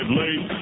late